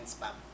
Spam